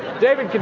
david?